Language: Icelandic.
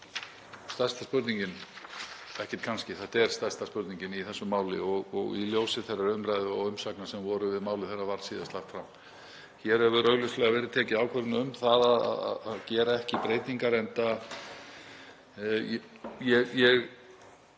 þetta er stærsta spurningin í þessu máli í ljósi þeirrar umræðu og umsagna sem voru við málið þegar það var síðast lagt fram. Hér hefur augljóslega verið tekin ákvörðun um að gera ekki breytingar.